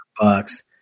Bucks